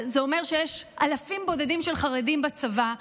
זה אומר שיש אלפים בודדים של חרדים בצבא,